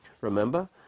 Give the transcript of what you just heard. Remember